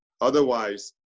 Otherwise